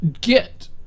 get